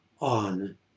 On